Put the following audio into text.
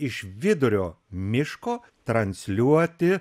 iš vidurio miško transliuoti